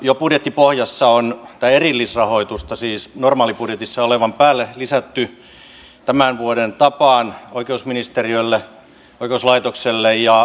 jo budjettiin on siis erillisrahoitusta normaalibudjetissa olevan päälle lisätty tämän vuoden tapaan oikeusministeriölle oikeuslaitokselle ja verohallinnolle